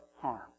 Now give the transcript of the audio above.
harm